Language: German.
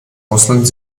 russland